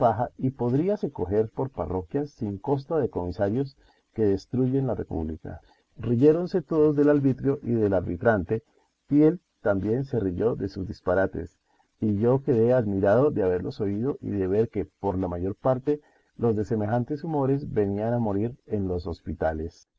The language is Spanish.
y podríase coger por parroquias sin costa de comisarios que destruyen la república riyéronse todos del arbitrio y del arbitrante y él también se riyó de sus disparates y yo quedé admirado de haberlos oído y de ver que por la mayor parte los de semejantes humores venían a morir en los hospitales